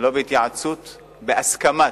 ולא בהתייעצות אלא בהסכמה.